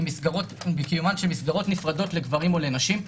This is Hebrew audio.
קיומן של מסגרות נפרדות לגברים ולנשים.